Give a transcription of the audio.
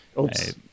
Oops